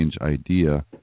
idea